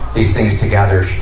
these things together.